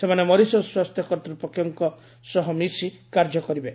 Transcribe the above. ସେମାନେ ମରିସସ୍ ସ୍ୱାସ୍ଥ୍ୟ କର୍ତ୍ତ୍ପକ୍ଷଙ୍କ ସହ ମିଶି କାର୍ଯ୍ୟ କରିବେ